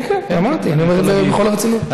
כן, אמרתי, בכל הרצינות.